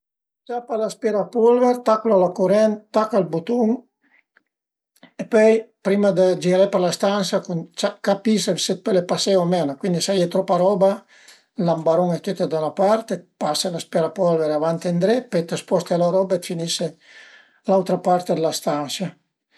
Ciapa l'aspirapulver, taclu a la curent, taca ël butun e pöi prima dë giré për la stansia a cerca dë capì se pöle pasé o menu, cuindi s'a ie tropa roba, l'ambarune tüta da 'na part e pase l'aspirapolvere avanti e ëndré pöi ti sposte la roba e finese l'autra part d'la stansia